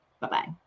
Bye-bye